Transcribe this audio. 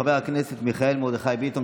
חבר הכנסת מיכאל מרדכי ביטון,